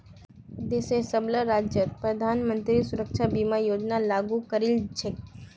देशेर सबला राज्यत प्रधानमंत्री सुरक्षा बीमा योजना लागू करील छेक